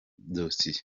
dossier